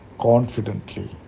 confidently